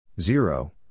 Zero